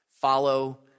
Follow